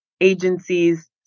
agencies